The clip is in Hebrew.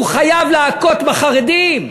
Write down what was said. הוא חייב להכות בחרדים?